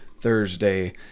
Thursday